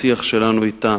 בשיח שלנו אתן,